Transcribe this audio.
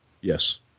Yes